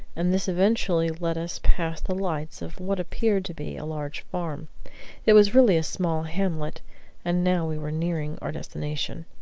and this eventually led us past the lights of what appeared to be a large farm it was really a small hamlet and now we were nearing our destination.